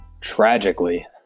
tragically